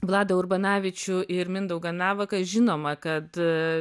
vladą urbanavičių ir mindaugą navaką žinoma kad